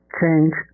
change